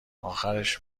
آخرش